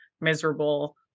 miserable